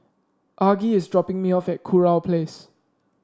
Argie is dropping me off at Kurau Place